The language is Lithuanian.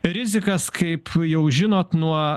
rizikas kaip jau žinot nuo